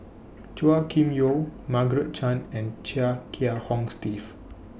Chua Kim Yeow Margaret Chan and Chia Kiah Hong Steve